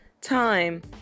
time